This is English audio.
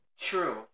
True